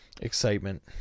Excitement